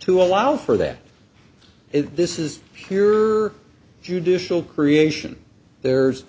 to allow for that this is pure judicial creation there's